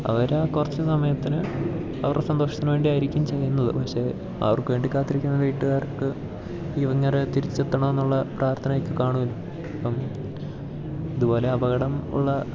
അവരാ കുറച്ച് സമയത്തിന് അവരുടെ സന്തോഷത്തിന് വേണ്ടിയായിരിക്കും ചെയ്യുന്നത് പക്ഷേ അവർക്കു വേണ്ടി കാത്തിരിക്കുന്ന വീട്ടുകാർക്ക് ഈ ഇങ്ങേരെ തിരിച്ചെത്തണമെന്നുള്ള പ്രാർത്ഥനയൊക്കെ കാണുമല്ലോ അപ്പം ഇതു പോലെ അപകടം ഉള്ള